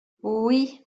oui